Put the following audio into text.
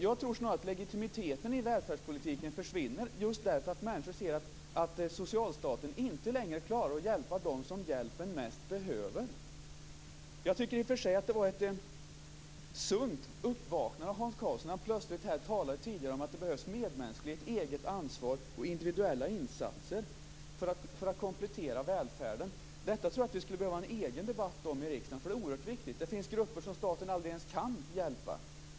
Jag tror snarare att legitimiteten i välfärdspolitiken försvinner just därför att människor ser att socialstaten inte längre klarar att hjälpa dem som hjälpen mest behöver. Jag tycker i och för sig att det var ett sunt uppvaknande av Hans Karlsson att tidigare plötsligt tala om att det behövs medmänsklighet, ett eget ansvar och individuella insatser för att komplettera välfärden. Detta tror jag att vi skulle behöva ha en egen debatt om i riksdagen, för det är oerhört viktigt. Det finns grupper som staten aldrig ens kan hjälpa.